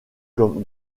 comme